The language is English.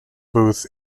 booth